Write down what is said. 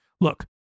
Look